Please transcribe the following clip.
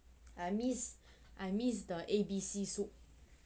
I miss I miss the A_B_C soup